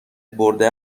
برده